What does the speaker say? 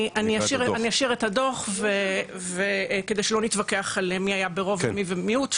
אני אשאיר את הדוח כדי שלא נתווכח על מי היה ברוב ומי במיעוט,